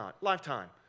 lifetime